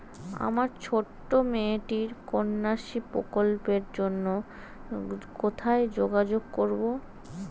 আমার ছোট্ট মেয়েটির কন্যাশ্রী প্রকল্পের জন্য কোথায় যোগাযোগ করব?